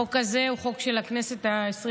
החוק הזה הוא חוק של הכנסת העשרים-וארבע,